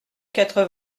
quatre